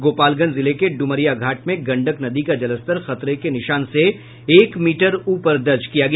गोपालगंज जिले के डुमरिया घाट में गंडक नदी का जलस्तर खतरे के निशान से एक मीटर ऊपर दर्ज किया गया